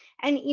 and you